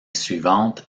suivante